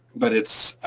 but it's